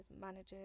managers